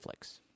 Netflix